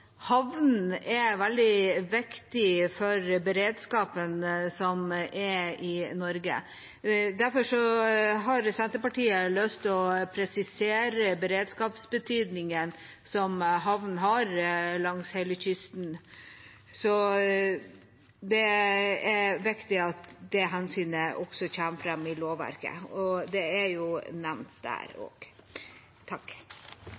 er veldig viktige for beredskapen som er i Norge. Derfor har Senterpartiet lyst til å presisere beredskapsbetydningen som havnene har langs hele kysten. Det er viktig at det hensynet også kommer fram i lovverket, og det er jo nevnt der